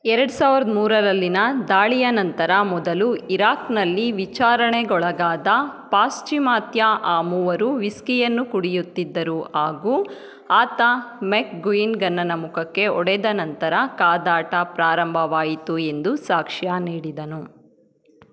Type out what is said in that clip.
ಎರಡು ಸಾವಿರದ ಮೂರರಲ್ಲಿನ ದಾಳಿಯ ನಂತರ ಮೊದಲು ಇರಾಕ್ನಲ್ಲಿ ವಿಚಾರಣೆಗೂಳಗಾದ ಪಾಶ್ಚಿಮಾತ್ಯ ಆ ಮೂವರೂ ವಿಸ್ಕಿಯನ್ನು ಕುಡಿಯುತ್ತಿದ್ದರು ಹಾಗೂ ಆತ ಮೆಕ್ಗುಯಿನ್ಗನ್ನ ಮುಖಕ್ಕೆ ಹೊಡೆದ ನಂತರ ಕಾದಾಟ ಪ್ರಾರಂಭವಾಯಿತು ಎಂದು ಸಾಕ್ಷ್ಯ ನೀಡಿದನು